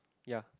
ya